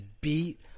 beat